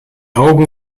augen